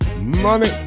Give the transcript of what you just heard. Money